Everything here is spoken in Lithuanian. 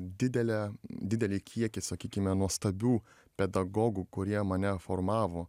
didelę didelį kiekį sakykime nuostabių pedagogų kurie mane formavo